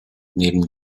neben